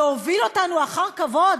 להוביל אותנו אחר כבוד,